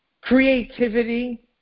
creativity